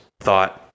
thought